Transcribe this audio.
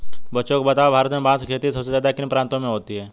बच्चों बताओ भारत में बांस की खेती सबसे ज्यादा किन प्रांतों में होती है?